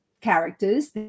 characters